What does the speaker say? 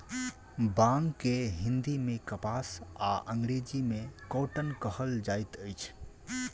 बांग के हिंदी मे कपास आ अंग्रेजी मे कौटन कहल जाइत अछि